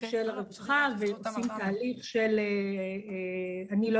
של הרווחה ועושים תהליך של -- אני לא